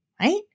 right